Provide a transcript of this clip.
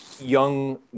young